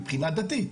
מבחינה דתית,